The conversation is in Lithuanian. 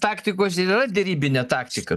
taktikos ir yra derybinė taktika